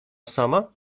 sama